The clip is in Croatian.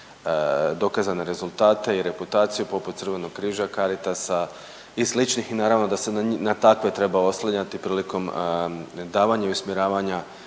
dokazane rezultate i reputaciju poput Crvenog križa, Caritasa i sličnih i naravno da se na takve treba oslanjati prilikom davanja i usmjeravanja